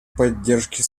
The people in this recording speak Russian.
поддержке